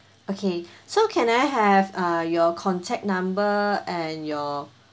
okay so can I have uh your contact number and your